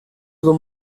con